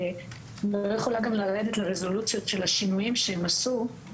אבל גם לא יכולה לרדת לרזולוציות של השינויים שהם עשו,